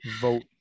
vote